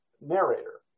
narrator